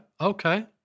okay